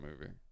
movie